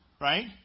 right